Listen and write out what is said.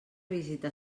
visita